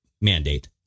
mandate